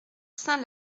saint